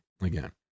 Again